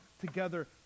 together